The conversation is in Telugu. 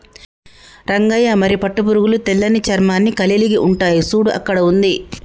రంగయ్య మరి పట్టు పురుగులు తెల్లని చర్మాన్ని కలిలిగి ఉంటాయి సూడు అక్కడ ఉంది